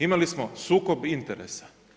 Imali smo sukob interesa.